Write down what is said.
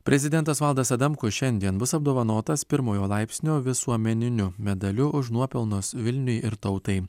prezidentas valdas adamkus šiandien bus apdovanotas pirmojo laipsnio visuomeniniu medaliu už nuopelnus vilniui ir tautai